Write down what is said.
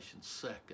second